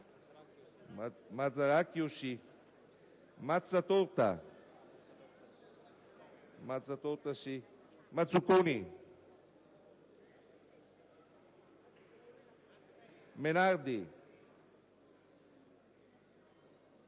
Mazzaracchio, Mazzatorta, Mazzuconi, Menardi,